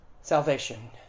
salvation